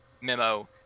memo